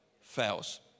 fails